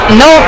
no